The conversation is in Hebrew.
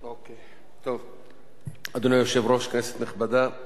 אדוני היושב-ראש, כנסת נכבדה,